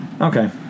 Okay